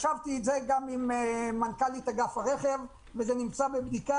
ישבתי על זה גם עם מנכ"לית אגף הרכב וזה נמצא בבדיקה,